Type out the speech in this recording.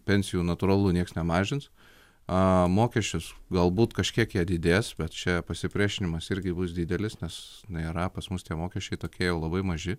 pensijų natūralu niekas nemažins ą mokesčius galbūt kažkiek jei didės bet čia pasipriešinimas irgi bus didelis nes nėra pas mus tie mokesčiai tokie jau labai maži